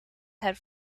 had